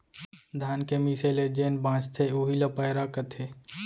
धान के मीसे ले जेन बॉंचथे उही ल पैरा कथें